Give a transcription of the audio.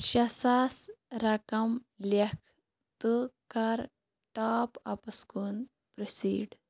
شےٚ ساس رَقم لٮ۪کھ تہٕ کَر ٹاپ اَپَس کُن پرٛوسیٖڈ